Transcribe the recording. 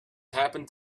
happened